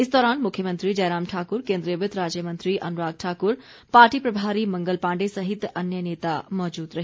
इस दौरान मुख्यमंत्री जयराम ठाकुर केन्द्रीय वित्त राज्य मंत्री अनुराग ठाक्र पार्टी प्रभारी मंगल पांडे सहित अन्य नेता मौजूद रहे